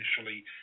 initially